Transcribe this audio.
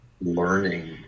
learning